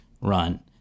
run